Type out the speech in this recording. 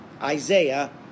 Isaiah